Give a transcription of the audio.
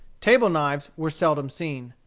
table knives were seldom seen.